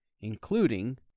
including